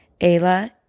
Ayla